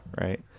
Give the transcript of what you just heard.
right